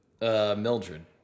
Mildred